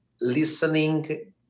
listening